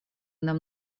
нам